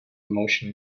motion